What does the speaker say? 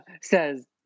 says